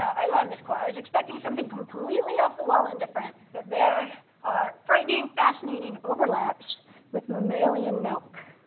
i love this quote. i was expecting something completely off the wall and different, but there are frightening, fascinating overlaps with mammalian milk.